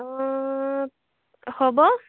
অ হ'ব